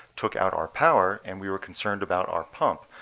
took out our power and we were concerned about our pump.